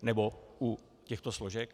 Nebo u těchto složek?